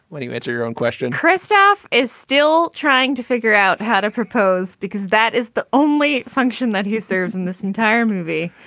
what do you answer your own question? christoph is still trying to figure out how to propose because that is the only function that he serves in this entire movie.